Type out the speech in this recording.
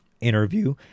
interview